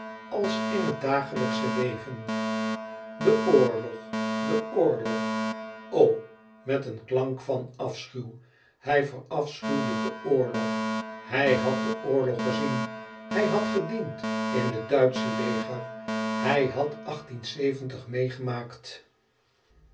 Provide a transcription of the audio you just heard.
als in het dagelijksche leven de oorlog de oorlog o met een klank van afschuw hij verafschuwde den oorlog hij had den oorlog gezien hij had gediend in het duitsche leger hij had meêgemaakt